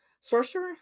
sorcerer